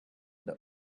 the